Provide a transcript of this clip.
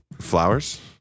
flowers